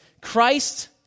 Christ